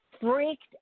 freaked